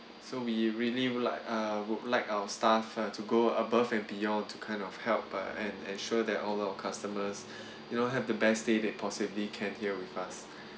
so we really would like uh would like our staff to go above and beyond to kind of help and ensure that all our customers you know have the best stay they possibly can here with us